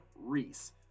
Reese